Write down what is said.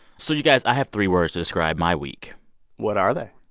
so, you guys, i have three words to describe my week what are they?